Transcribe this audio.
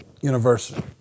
University